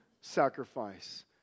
sacrifice